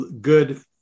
good